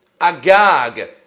Agag